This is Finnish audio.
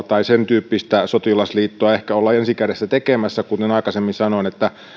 tai sen tyyppistä sotilasliittoa ehkä ensi kädessä olla tekemässä kuten aikaisemmin sanoin